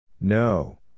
No